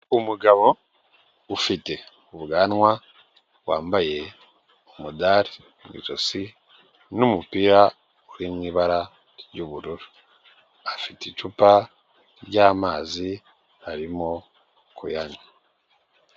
Umugabo ufite ubwanwa, wambaye umudari mu ijosi n'umupira uri mu ibara ry'ubururu, afite icupa ry'amazi arimo kuyanywa.